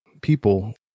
people